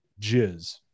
jizz